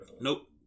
Nope